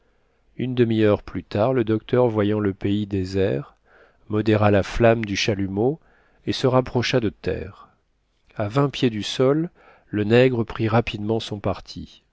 une demi-heure plus tard le docteur voyant le pays désert modéra la flamme du chalumeau et se rapprocha de terre a vingt pieds du sol le nègre prit rapidement son parti